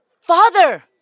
Father